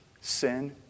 sin